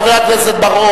שמתי לבי, חבר הכנסת בר-און.